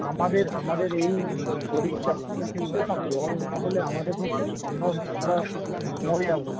আমাদের আমাদের এই গরীব চাষিদের ক্ষেত্রে না জল না হলে আমাদের পক্ষে সম্ভব নয় আমরা মরে যাবো